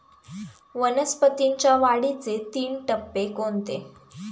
वनस्पतींच्या वाढीचे तीन टप्पे कोणते?